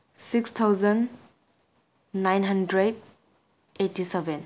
six thousand nine hundred eighty seven